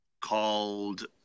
called